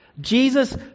Jesus